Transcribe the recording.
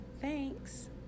Thanks